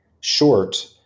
short